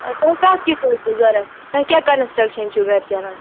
ٲں تۄہہِ کَتھ کِژ ٲسٕو ضروٗرت تۄہہِ کیٛاہ کَنَسٹرٛیٚکشَن چھُو گھرِ چَلان